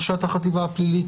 ראשת החטיבה הפלילית,